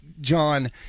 John